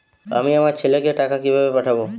আমি আমার ছেলেকে টাকা কিভাবে পাঠাব?